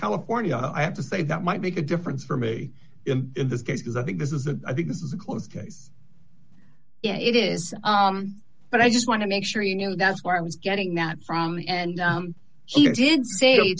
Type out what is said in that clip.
california i have to say that might make a difference for me in this case because i think this is that i think this is a close case it is but i just want to make sure you know that's where i was getting that from and he did say